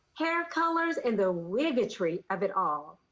hair colors and the wingnut tree of it all.